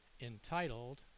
entitled